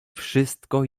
wszystko